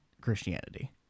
Christianity